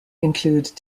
include